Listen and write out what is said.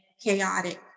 chaotic